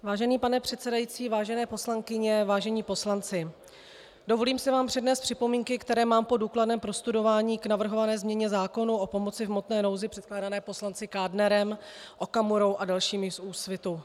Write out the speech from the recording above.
Vážený pane předsedající, vážené poslankyně, vážení poslanci, dovolím si vám přednést připomínky, které mám po důkladném prostudování k navrhované změně zákona o pomoci v hmotné nouzi předkládané poslanci Kádnerem, Okamurou a dalšími z Úsvitu.